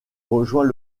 rejoint